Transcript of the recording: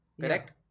Correct